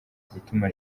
gutuma